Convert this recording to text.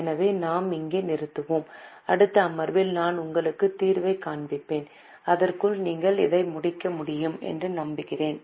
எனவே நாம் இங்கே நிறுத்திவிடுவோம் அடுத்த அமர்வில் நான் உங்களுக்கு தீர்வைக் காண்பிப்பேன் அதற்குள் நீங்கள் அதை முடிக்க முடியும் என்று நம்புகிறேன்